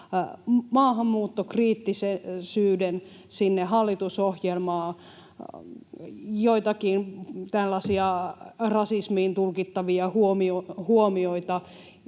maahanmuuttokriittisyyden sinne hallitusohjelmaan, joitakin tällaisia rasismiin tulkittavia huomioita,